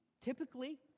Typically